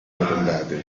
arrotondate